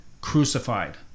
crucified